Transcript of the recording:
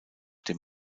dem